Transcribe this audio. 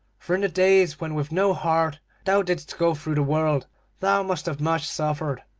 for in the days when with no heart thou didst go through the world thou must have much suffered